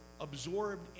absorbed